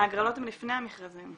ההגרלות הן לפני המכרזים.